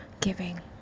giving